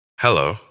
Hello